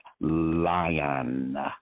lion